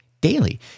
Daily